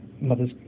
mother's